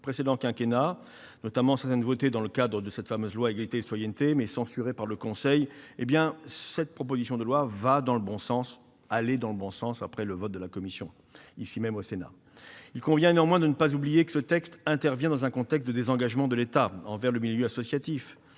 précédent quinquennat, notamment certaines votées dans le cadre de cette fameuse loi Égalité et citoyenneté, mais censurées par le Conseil constitutionnel, la proposition de loi allait dans le bon sens avant son passage en commission. Il convient néanmoins de ne pas oublier que ce texte intervient dans un contexte de désengagement de l'État envers le milieu associatif.